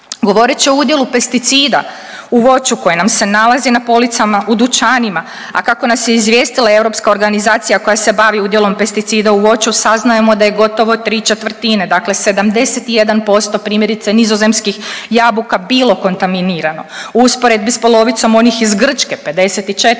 Govoreći o udjelu pesticida u voću koje nam se nalazi na policama, u dućanima, a kako nas je izvijestila europska organizacija koja se bavi udjelom pesticida u voću saznajemo da je gotovo tri četvrtine, dakle 71% primjerice nizozemskih jabuka bilo kontaminirano u usporedbi sa polovicom onih iz Grčke 54%